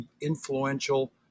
influential